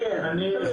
כן, כן.